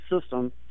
system